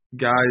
guys